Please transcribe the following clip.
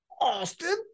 Austin